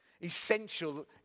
Essential